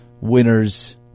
winners